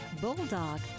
bulldog